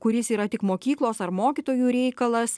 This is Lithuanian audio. kuris yra tik mokyklos ar mokytojų reikalas